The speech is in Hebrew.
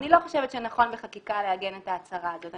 אני לא חושבת שנכון בחקיקה לעגן את ההצהרה הזאת.